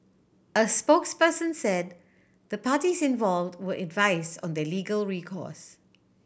a spokesperson said the parties involved were advise on their legal recourse